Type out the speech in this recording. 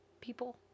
people